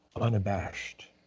unabashed